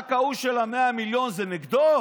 רק ההוא של ה-100 מיליון זה נגדו?